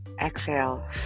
Exhale